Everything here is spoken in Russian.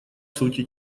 сути